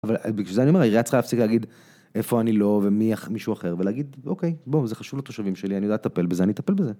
אבל בגלל זה אני אומר, העירייה צריכה להפסיק להגיד איפה אני לא ומי מישהו אחר ולהגיד אוקיי, בואו, זה חשוב לתושבים שלי, אני יודע לטפל בזה, אני אטפל בזה.